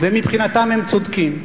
ומבחינתם הם צודקים.